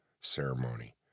Ceremony